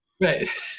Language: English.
Right